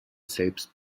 selbst